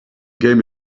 game